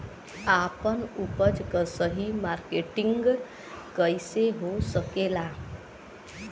आपन उपज क सही मार्केटिंग कइसे हो सकेला?